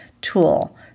tool